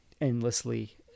endlessly